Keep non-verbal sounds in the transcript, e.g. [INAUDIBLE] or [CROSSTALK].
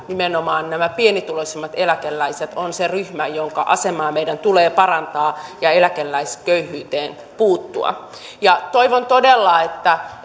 nimenomaan nämä pienituloisimmat eläkeläiset on se ryhmä jonka asemaa meidän tulee parantaa ja eläkeläisköyhyyteen puuttua toivon todella että [UNINTELLIGIBLE]